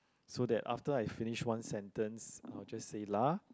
so that after I finish one sentence I will just say lah